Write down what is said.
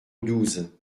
douze